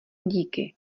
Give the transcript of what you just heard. díky